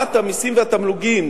שרמת המסים והתמלוגים